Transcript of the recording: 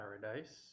paradise